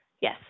Yes